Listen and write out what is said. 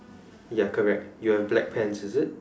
ya correct you have black pants is it